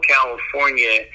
California